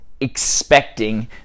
expecting